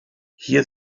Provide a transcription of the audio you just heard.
hier